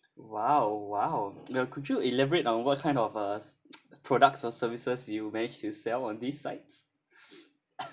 !wow! !wow! well could you elaborate on what kind of uh s~ products or services you manage to sell on these sites